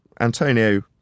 Antonio